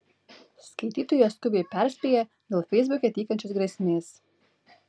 skaitytoja skubiai perspėja dėl feisbuke tykančios grėsmės